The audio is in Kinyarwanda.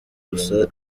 gusa